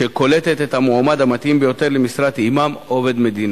שקולטת את המועמד המתאים ביותר למשרת אימאם עובד מדינה.